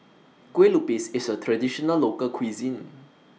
Kue Lupis IS A Traditional Local Cuisine